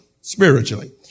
spiritually